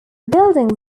buildings